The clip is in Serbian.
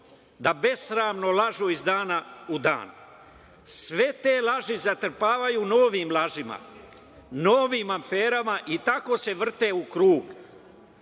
da besramno lažu iz dana u dan. Sve te laži zatrpavaju novim lažima, novim aferama i tako se vrte u krug.